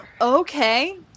Okay